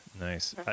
Nice